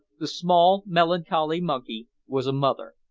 the small melancholy monkey was a mother!